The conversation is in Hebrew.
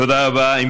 תודה רבה, אדוני.